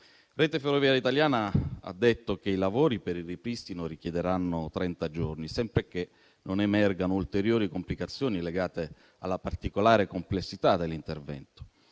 Rete ferroviaria italiana ha detto che i lavori per il ripristino richiederanno trenta giorni, sempre che non emergano ulteriori complicazioni legate alla particolare complessità dell'intervento.